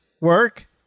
Work